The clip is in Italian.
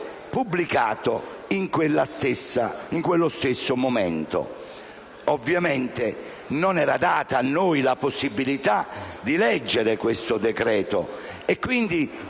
pubblicato in quello stesso momento. Ovviamente, non era data a noi la possibilità di leggere il testo del decreto, quindi